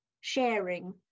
sharing